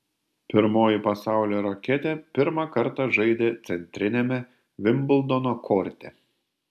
pirmoji pasaulio raketė pirmą kartą žaidė centriniame vimbldono korte